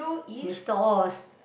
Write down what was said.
Mister-Oz